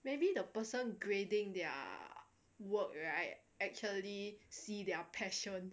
maybe the person grading their work right actually see their passion